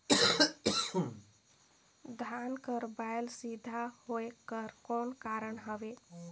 धान कर बायल सीधा होयक कर कौन कारण हवे?